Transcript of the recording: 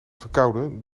verkouden